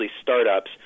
startups